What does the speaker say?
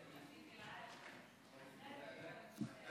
ברשות אדוני היושב-ראש, השר,